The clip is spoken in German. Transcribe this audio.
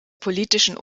politischen